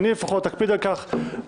אני לפחות אקפיד על כך,